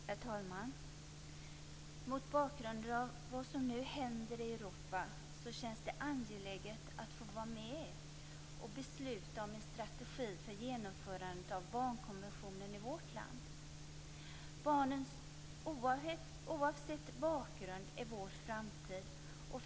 Herr talman! Mot bakgrund av vad som nu händer i Europa känns det angeläget att få vara med och besluta om en strategi för genomförandet av barnkonventionen i vårt land. Barnen är oavsett bakgrund vår framtid.